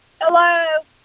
Hello